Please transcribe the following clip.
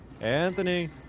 Anthony